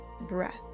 breath